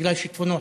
בגלל שיטפונות.